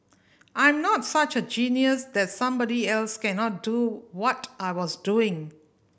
I'm not such a genius that somebody else cannot do what I was doing